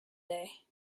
day